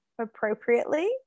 appropriately